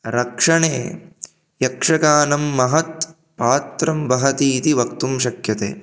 रक्षणे यक्षगानं महत् पात्रं वहति इति वक्तुं शक्यते